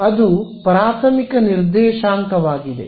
ಆದ್ದರಿಂದ ಅದು ಪ್ರಾಥಮಿಕ ನಿರ್ದೇಶಾಂಕವಾಗಿದೆ